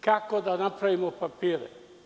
Kako da napravimo papire?